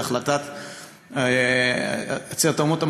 בהחלטת עצרת האומות המאוחדות,